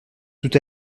tout